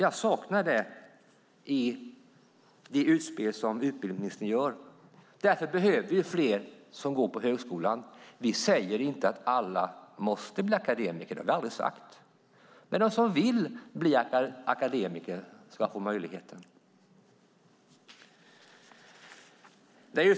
Jag saknar det i det utspel som utbildningsministern gör. Vi behöver fler som går på högskolan. Vi har aldrig sagt att alla måste bli akademiker, men de som vill bli det ska få möjligheten.